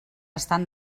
estan